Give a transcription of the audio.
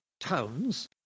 towns